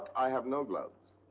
i have no gloves.